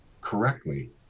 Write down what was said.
correctly